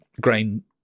grain